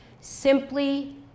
simply